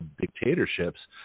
dictatorships